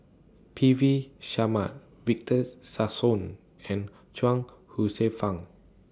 P V Sharma Victor Sassoon and Chuang Hsueh Fang